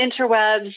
interwebs